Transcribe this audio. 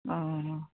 অঁ